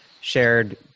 shared